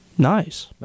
Nice